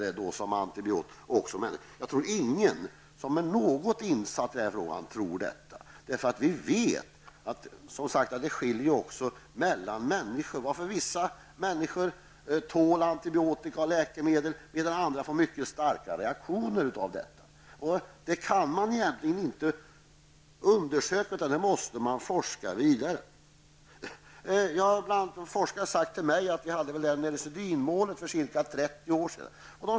Det finns nog inte någon som är det minsta insatt i frågan som tror att det är så. Det skiljer ju också mellan människor. Vissa människor tål antibiotika och andra läkemedel, medan andra får mycket starka reaktioner av dessa ämnen. Sådant kan man inte undersöka, utan man måste forska vidare. För ca 30 år sedan var neurosedynmålet aktuellt.